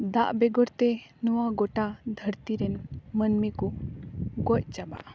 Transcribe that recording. ᱫᱟᱜ ᱵᱮᱜᱚᱨ ᱛᱮ ᱱᱚᱣᱟ ᱜᱚᱴᱟ ᱫᱷᱟᱹᱨᱛᱤ ᱨᱮᱱ ᱢᱟᱹᱱᱢᱤ ᱠᱚ ᱜᱚᱡ ᱪᱟᱵᱟᱜᱼᱟ